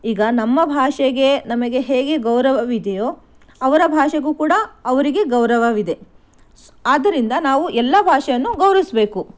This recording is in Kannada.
ಈಗ ನಮ್ಮ ಭಾಷೆಗೆ ನಮಗೆ ಹೇಗೆ ಗೌರವವಿದೆಯೋ ಅವರ ಭಾಷೆಗೂ ಕೂಡ ಅವರಿಗೆ ಗೌರವವಿದೆ ಆದ್ದರಿಂದ ನಾವು ಎಲ್ಲ ಭಾಷೆಯನ್ನು ಗೌರವಿಸಬೇಕು